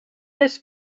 this